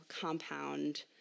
compound